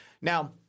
Now